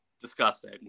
disgusting